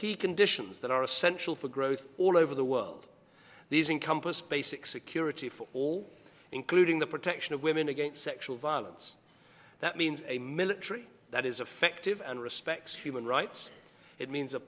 key conditions that are essential for growth all over the world these encompass basic security for all including the protection of women against sexual violence that means a military that is effective and respects human rights it means a